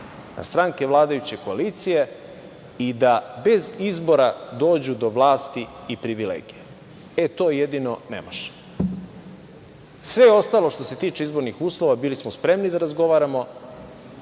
na stranke vladajuće koalicije i da bez izbora dođu do vlasti i privilegija. E, to jedino ne može. Sve ostalo što se tiče izbornih uslova bili smo spremni da razgovaramo,